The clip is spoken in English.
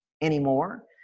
anymore